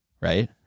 Right